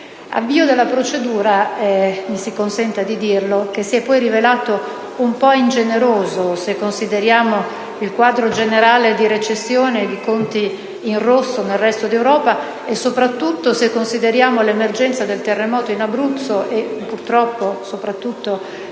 Avvio della procedura - mi si consenta di dirlo - che si è poi rivelato un po' ingeneroso, se consideriamo il quadro generale di recessione e di conti in rosso nel resto d'Europa, e soprattutto se consideriamo le emergenze dei terremoti in Abruzzo e in Emilia-Romagna